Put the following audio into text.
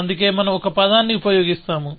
అందుకే మనం ఒక పదాన్ని ఉపయోగిస్తాము